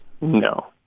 No